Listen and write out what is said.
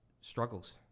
struggles